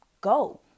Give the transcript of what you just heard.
Go